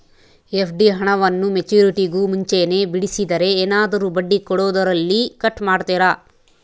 FD ಹಣವನ್ನು ಮೆಚ್ಯೂರಿಟಿಗೂ ಮುಂಚೆನೇ ಬಿಡಿಸಿದರೆ ಏನಾದರೂ ಬಡ್ಡಿ ಕೊಡೋದರಲ್ಲಿ ಕಟ್ ಮಾಡ್ತೇರಾ?